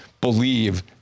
believe